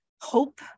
hope